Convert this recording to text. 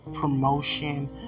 promotion